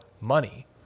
money